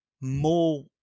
more